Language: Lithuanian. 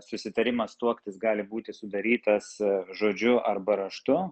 susitarimas tuoktis gali būti sudarytas žodžiu arba raštu